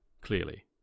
Clearly